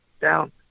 down